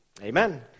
amen